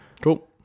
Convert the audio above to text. Cool